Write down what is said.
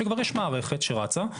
שכבר יש מערכת שרצה,